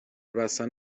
بستن